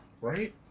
Right